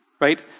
right